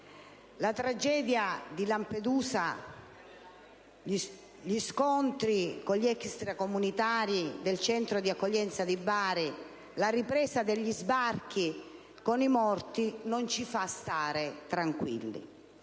la tragedia di Lampedusa, gli scontri con gli extracomunitari del Centro di accoglienza di Bari, la ripresa degli sbarchi e le continue morti non ci fanno stare tranquilli.